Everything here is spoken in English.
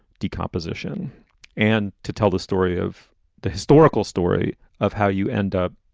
decomposition and to tell the story of the historical story of how you end up.